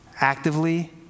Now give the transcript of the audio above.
actively